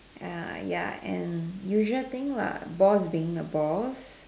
ah ya and usual thing lah boss being a boss